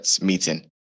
meeting